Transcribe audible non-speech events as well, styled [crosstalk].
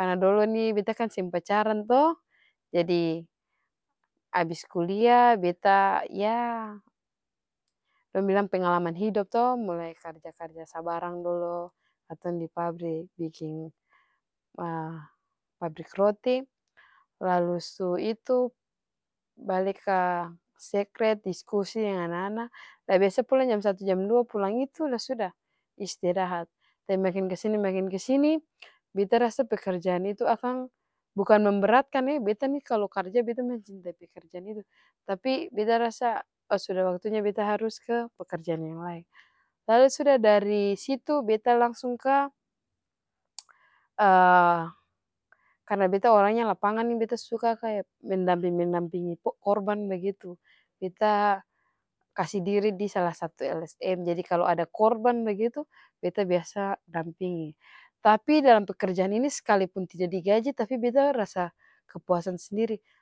karna dolo nih beta kan seng pacaran to jadi abis kulia beta yah pengalaman hidop to karja-karja sabarang dolo katong di pabrik biking [hesitation] pabrik roti lalu su itu bale ka sekret diskusi deng ana-ana la biasa pulang jam satu jam dua pulang itu lah suda istirahat, tapi makin kesini makin kesini beta rasa pekerjaan itu akang bukan memberatkane beta nih kalu karja beta mencintai pekerjaan itu, tapi beta rasa oh suda waktunya beta harus ke pekerjaan yang laen, lalu sudah dari situ beta langsung ka [noise] [hesitation] karna beta orangnya lapangan nih beta suka kaya mendampingi-mendampingi korban bagitu, beta kasi diri di sala satu lsm jadi kalu ada korban bagitu beta biasa dampingi, tapi dalam pekerjaan ini sekalipun tidak digaji tapi beta rasa kepuasan sendiri.